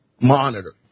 monitor